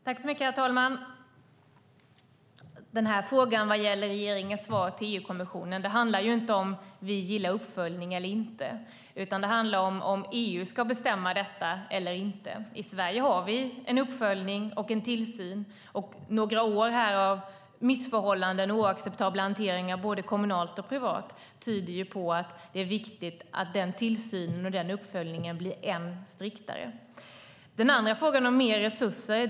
Herr talman! Frågan som gäller regeringens svar till EU-kommissionen handlar inte om huruvida vi gillar uppföljning eller inte, utan den handlar om huruvida EU ska bestämma detta eller inte. I Sverige har vi en uppföljning och en tillsyn. Några år här av missförhållanden och oacceptabel hantering av det som är både kommunalt och privat tyder på att det är viktigt att denna tillsyn och denna uppföljning blir än striktare. Den andra frågan handlar om mer resurser.